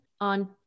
on